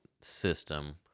system